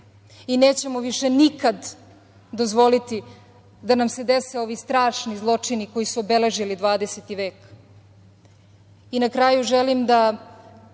i nećemo više nikad dozvoliti da nam se dese ovi strašni zločini koji su obeležili 20. vek. Na kraju, želim da